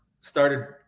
started